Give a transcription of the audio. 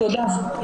תודה.